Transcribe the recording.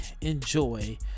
enjoy